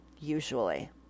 usually